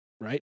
right